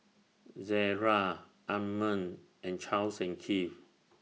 Zara Anmum and Charles and Keith